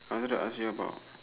I wanted to ask you about